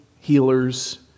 healers